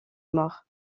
mort